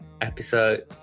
episode